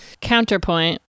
Counterpoint